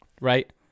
right